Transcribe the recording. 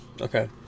Okay